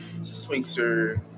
Swingster